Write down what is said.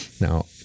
Now